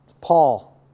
Paul